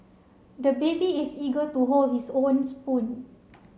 the baby is eager to hold his own spoon